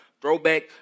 throwback